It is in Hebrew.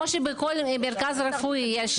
3406*. כמו שבכל מרכז רפואי יש